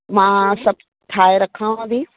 मां सभु ठाहे रखांव थी